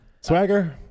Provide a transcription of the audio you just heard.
Swagger